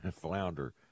flounder